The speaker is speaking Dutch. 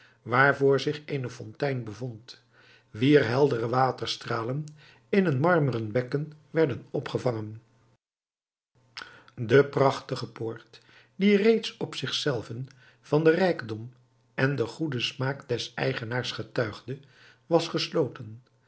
waarvoor zich eene fontein bevond wier heldere waterstralen in een marmeren bekken werden opgevangen de prachtige poort die reeds op zich zelven van den rijkdom en den goeden smaak des eigenaars getuigde was gesloten